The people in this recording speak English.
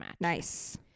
Nice